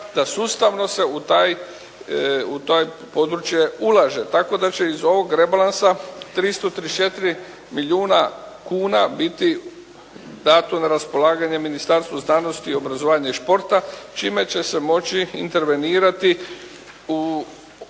da sustavno se u to područje ulaže, tako da će iz ovog rebalansa 334 milijuna kuna biti dato na raspolaganje Ministarstvu znanosti, obrazovanja i športa čime će se moći intervenirati u sva